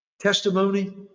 testimony